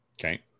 Okay